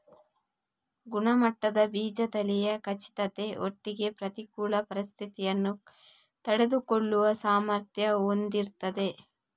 ಗುಣಮಟ್ಟದ ಬೀಜ ತಳಿಯ ಖಚಿತತೆ ಒಟ್ಟಿಗೆ ಪ್ರತಿಕೂಲ ಪರಿಸ್ಥಿತಿಯನ್ನ ತಡೆದುಕೊಳ್ಳುವ ಸಾಮರ್ಥ್ಯ ಹೊಂದಿರ್ತದೆ